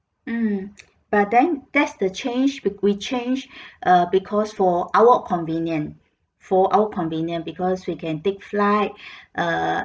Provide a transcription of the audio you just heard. mm but then that's the change with we change uh because for our convenient for our convenient because we can take flight uh